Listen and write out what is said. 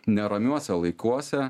neramiuose laikuose